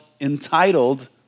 entitled